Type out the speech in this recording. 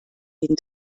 jeden